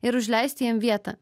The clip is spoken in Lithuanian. ir užleisti jiem vietą